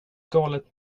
galet